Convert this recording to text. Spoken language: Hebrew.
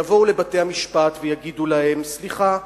יבואו לבתי-המשפט ויגידו להם: סליחה,